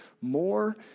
more